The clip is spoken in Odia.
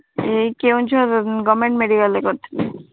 ଏଇ କେଉଁଝରର ଗଭର୍ଣ୍ଣମେଣ୍ଟ୍ ମେଡ଼ିକାଲ୍ରେ କରିଥିଲି